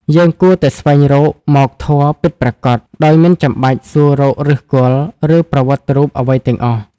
យើងគួរតែស្វែងរកមោក្ខធម៌ពិតប្រាកដ ដោយមិនចាំបាច់សួររកឫសគល់ ឬប្រវត្តិរូបអ្វីទាំងអស់។